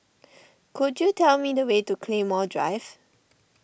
could you tell me the way to Claymore Drive